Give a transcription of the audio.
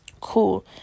Cool